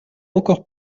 encore